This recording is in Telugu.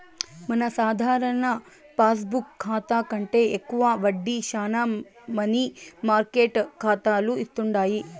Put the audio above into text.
మన సాధారణ పాస్బుక్ కాతా కంటే ఎక్కువ వడ్డీ శానా మనీ మార్కెట్ కాతాలు ఇస్తుండాయి